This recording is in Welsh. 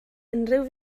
unrhyw